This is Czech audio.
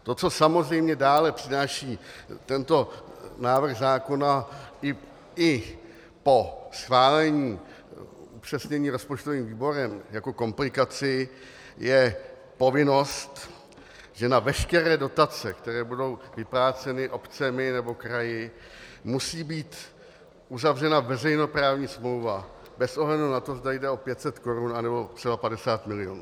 To, co samozřejmě dále přináší tento návrh zákona i po schválení upřesnění rozpočtovým výborem jako komplikaci, je povinnost, že na veškeré dotace, které budou vypláceny obcemi nebo kraji, musí být uzavřena veřejnoprávní smlouva bez ohledu na to, zda jde o 500 korun, anebo třeba 50 milionů.